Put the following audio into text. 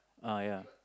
uh ya